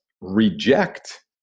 reject